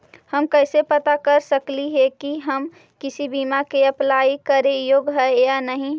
हम कैसे पता कर सकली हे की हम किसी बीमा में अप्लाई करे योग्य है या नही?